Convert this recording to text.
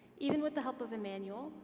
even with the help of a manual,